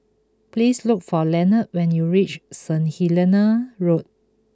please look for Leonard when you reach Saint Helena Road